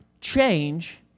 Change